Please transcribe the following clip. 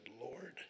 Lord